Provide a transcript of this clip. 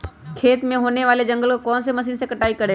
खेत में होने वाले जंगल को कौन से मशीन से कटाई करें?